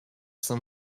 some